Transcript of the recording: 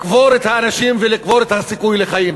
לקבור את האנשים ולקבור את הסיכוי לחיים.